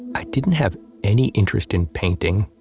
i didn't have any interest in painting.